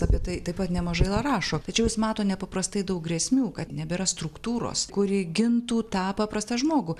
apie tai taip pat nemažai rašo tačiau jis mato nepaprastai daug grėsmių kad nebėra struktūros kuri gintų tą paprastą žmogų